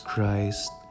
Christ